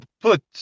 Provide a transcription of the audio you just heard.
put